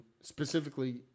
specifically